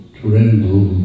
tremble